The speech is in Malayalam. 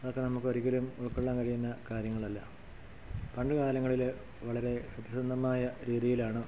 അതൊക്കെ നമുക്ക് ഒരിക്കലും ഉൾകൊള്ളാൻ കഴിയുന്ന കാര്യങ്ങളല്ല പണ്ടു കാലങ്ങളിൽ വളരെ സത്യസന്ധമായ രീതിയിലാണ്